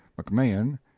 mcmahon